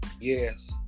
Yes